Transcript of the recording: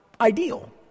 ideal